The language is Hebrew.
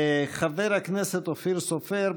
חבר הכנסת אופיר סופר,